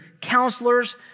counselors